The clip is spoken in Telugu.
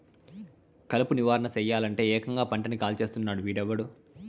కలుపు నివారణ సెయ్యలంటే, ఏకంగా పంటని కాల్చేస్తున్నాడు వీడెవ్వడు